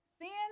Seeing